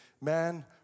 man